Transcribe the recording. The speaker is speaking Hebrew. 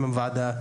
עם הוועדה,